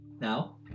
Now